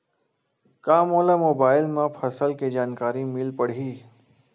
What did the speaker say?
का मोला मोबाइल म फसल के जानकारी मिल पढ़ही?